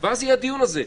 ואז יהיה דיון על זה,